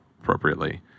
appropriately